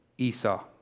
Esau